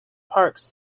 parks